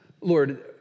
Lord